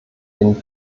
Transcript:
den